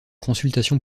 consultation